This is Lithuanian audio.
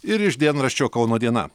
ir iš dienraščio kauno diena